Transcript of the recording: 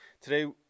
Today